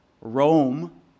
Rome